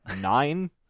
nine